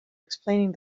explaining